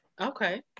okay